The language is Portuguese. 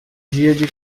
dia